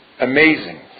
amazing